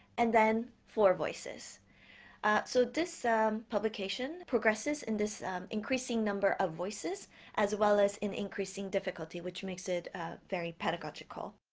and then four voices so this um publication progresses in this increasing number of voices as well as in increasing difficulty which makes it a very pedagogical